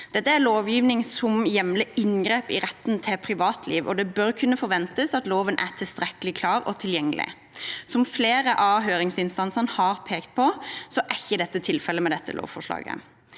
Dette er lovgivning som hjemler inngrep i retten til privatliv, og det bør kunne forventes at loven er tilstrekkelig klar og tilgjengelig. Som flere av høringsinstansene har pekt på, er ikke det tilfellet med dette lovforslaget.